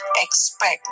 expect